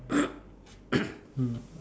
mm